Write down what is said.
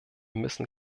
müssen